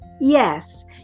Yes